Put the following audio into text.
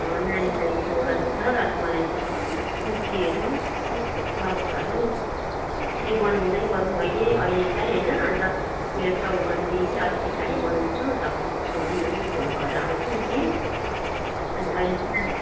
नानीलाई दौरा सुरुवाल अनि मलाई चाहिँ कुर्तीहरू टप्सहरू त्यही बनाउँदै गरौँ अहिले अहिलेलाई होइन अन्त मेरो चौबन्दी चाहिँ अलिक पछाडि बनाउछु तपाईँलाई सोधी ओरि फोन गरेर आउँछु नि कि अनि अहिले चाहिँ